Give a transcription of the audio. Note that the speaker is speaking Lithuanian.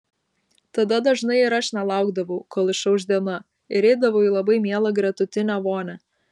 tada dažnai ir aš nelaukdavau kol išauš diena ir eidavau į labai mielą gretutinę vonią